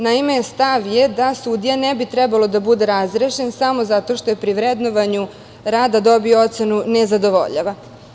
Naime, stav je da sudija ne bi trebalo da bude razrešen samo zato što je pri vrednovanju rada dobio ocenu "nezadovoljava"